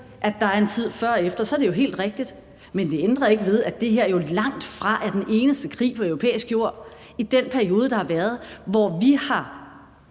at der er en tid før og efter, er det jo helt rigtigt. Men det ændrer ikke ved, at det her jo langtfra er den eneste krig på europæisk jord i den periode, der har været, hvor vi